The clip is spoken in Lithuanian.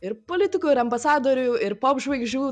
ir politikų ir ambasadorių ir popžvaigždžių